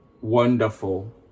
wonderful